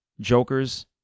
jokers